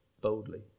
boldly